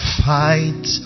fight